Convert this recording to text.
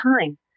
time